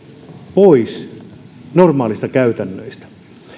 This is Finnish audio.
pois normaaleista käytännöistä